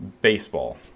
baseball